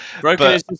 broken